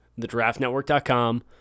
TheDraftNetwork.com